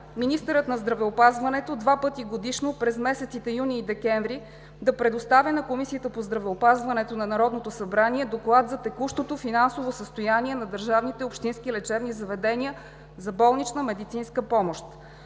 министърът на здравеопазването два пъти годишно – през месеците юни и декември, да представя на Комисията по здравеопазването на Народното събрание Доклад за текущото финансово състояние на държавните и общински лечебни заведения за болнична медицинска помощ.